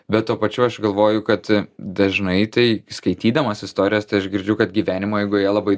bet tuo pačiu aš galvoju kad dažnai tai skaitydamas istorijas tai aš girdžiu kad gyvenimo eigoje labai